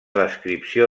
descripció